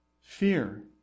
Fear